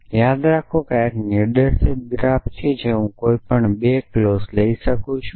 તેથી યાદ રાખો કે આ એક નિર્દેશિત ગ્રાફ છે જે હું કોઈપણ 2 ક્લોઝ લઈ શકું છું